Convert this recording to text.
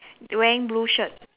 wearing blue shirt